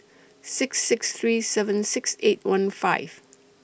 six six three seven six eight one five